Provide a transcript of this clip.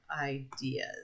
ideas